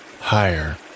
higher